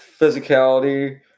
Physicality